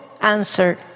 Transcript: answer